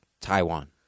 Taiwan